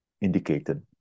indicated